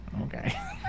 Okay